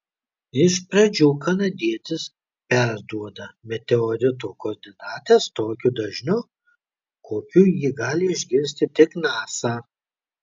iš pradžių kanadietis perduoda meteorito koordinates tokiu dažniu kokiu jį gali išgirsti tik nasa